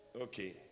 Okay